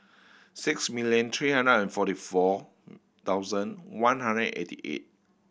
six million three hundred and forty four thousand one hundred eighty eight